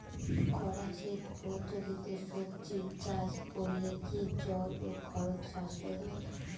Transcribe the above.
খরা সেচ পদ্ধতিতে সবজি চাষ করলে কি জল ও খরচ সাশ্রয় হয়?